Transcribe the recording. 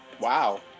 Wow